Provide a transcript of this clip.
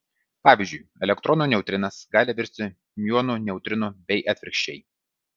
pavyzdžiui elektronų neutrinas gali virsti miuonų neutrinu bei atvirkščiai